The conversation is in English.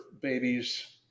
babies